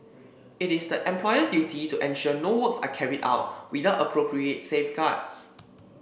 it is the employer's duty to ensure no works are carried out without appropriate safeguards